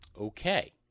Okay